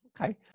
Okay